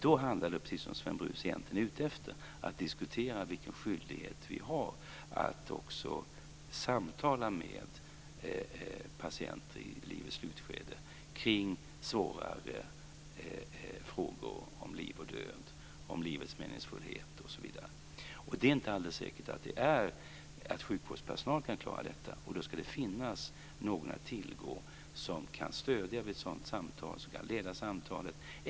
Då handlar det, precis som Sven Brus egentligen är ute efter, om att diskutera vilken skyldighet vi har att också samtala med patienter i livets slutskede kring svårare frågor om liv och död, om livets meningsfullhet osv. Det är inte alldeles säkert att sjukvårdspersonalen kan klara detta. Då ska det finnas någon att tillgå som kan stödja vid ett sådant samtal, som kan leda samtalet.